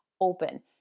open